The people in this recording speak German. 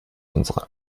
unsere